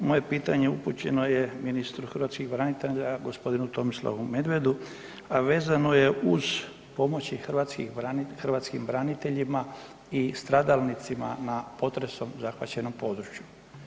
Moje pitanje upućeno je ministru hrvatskih branitelja g. Tomislavu Medvedu a vezano je uz pomoći hrvatskim braniteljima i stradalnicima na potresom zahvaćenom području.